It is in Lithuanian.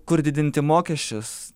kur didinti mokesčius